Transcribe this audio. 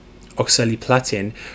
Oxaliplatin